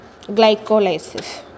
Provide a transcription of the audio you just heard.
glycolysis